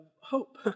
hope